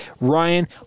Ryan